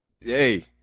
hey